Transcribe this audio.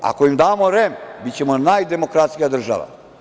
Ako im damo REM, bićemo najdemokratskija država.